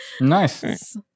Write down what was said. Nice